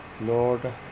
Lord